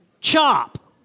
Chop